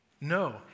No